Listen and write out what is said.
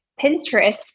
Pinterest